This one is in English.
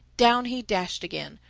down he dashed again,